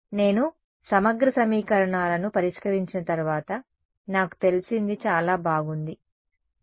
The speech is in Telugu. నేను సమగ్ర సమీకరణాలను పరిష్కరించిన తర్వాత నాకు తెలిసింది చాలా బాగుంది Za